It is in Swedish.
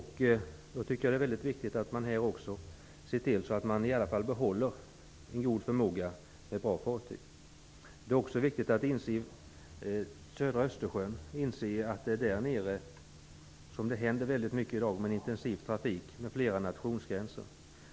Här bör man se till att man kan behålla en god förmåga och bra fartyg. Det är i södra Östersjön som det i dag händer väldigt mycket. Där pågår en intensiv trafik över flera nationsgränser.